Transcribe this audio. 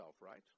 right